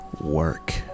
work